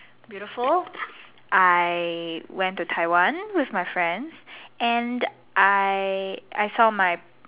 beautiful I went to Taiwan with my friend and I I saw my